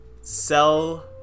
sell